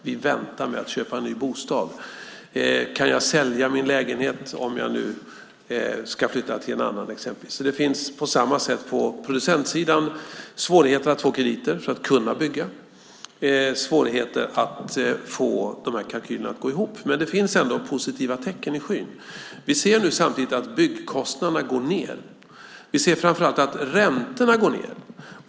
Vi väntar med att köpa ny bostad. Kan jag sälja min lägenhet om jag ska flytta till en annan? På samma sätt finns det svårigheter på producentsidan att få krediter för att kunna bygga och svårigheter att få kalkylerna att gå ihop. Det finns ändå positiva tecken i skyn. Vi ser samtidigt att byggkostnaderna går ned. Vi ser framför allt att räntorna går ned.